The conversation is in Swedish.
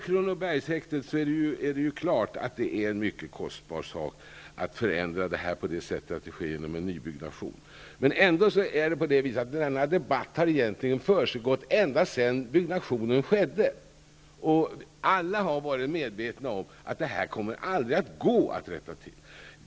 Det är mycket kostbart att förändra Kronobergshäktet genom nybyggnation. Men denna debatt har egentligen förts ända sedan Kronobergshäktet byggdes. Alla har varit medvetna om att detta aldrig kommer att gå att rätta till.